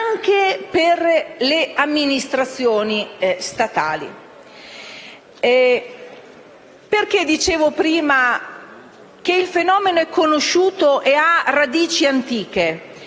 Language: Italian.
anche per le amministrazioni statali. Perché dicevo prima che il fenomeno è conosciuto e ha radici antiche?